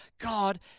God